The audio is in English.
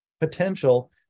potential